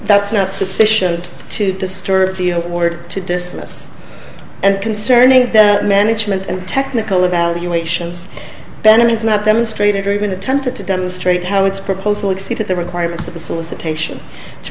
that's not sufficient to disturb the award to dismiss and concerning that management and technical about you ations bennett has not demonstrated or even attempted to demonstrate how its proposal exceeded the requirements